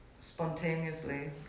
spontaneously